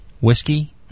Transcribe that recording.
whiskey